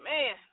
Man